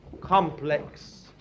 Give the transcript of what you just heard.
complex